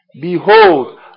Behold